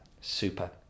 super